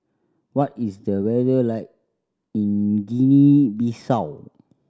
what is the weather like in Guinea Bissau